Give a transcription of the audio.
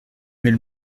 mais